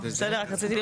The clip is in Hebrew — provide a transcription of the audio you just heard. ושהקמתו